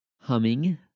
humming